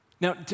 Now